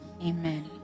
Amen